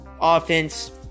offense